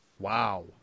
wow